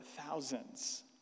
thousands